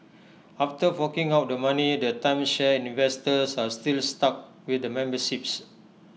after forking out the money the timeshare investors are still stuck with the memberships